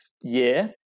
year